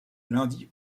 lundi